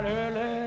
early